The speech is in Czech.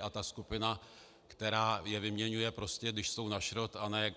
A ta skupina, která je vyměňuje, když jsou na šrot a ne